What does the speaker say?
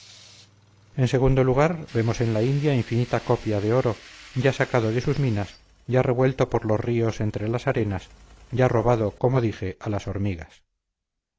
en segundo lugar vemos en la india infinita copia de oro ya sacado de sus minas ya revuelto por los ríos entre las arenas ya robado como dije a las hormigas